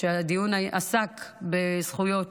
כשהדיון עסק בזכויות